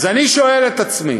אז אני שואל את עצמי: